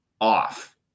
off